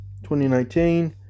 2019